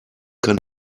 kann